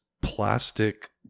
plastic